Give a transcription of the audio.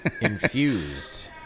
Infused